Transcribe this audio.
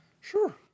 Sure